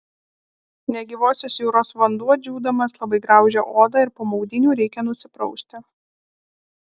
negyvosios jūros vanduo džiūdamas labai graužia odą ir po maudynių reikia nusiprausti